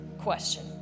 question